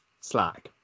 slack